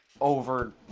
over